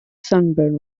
sunburn